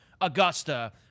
Augusta